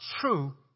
true